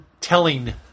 telling